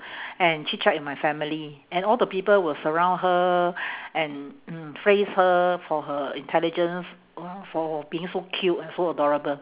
and chit-chat with my family and all the people will surround her and mm praise her for her intelligence for being so cute and so adorable